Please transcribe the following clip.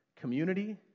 Community